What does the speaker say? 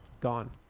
gone